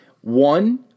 One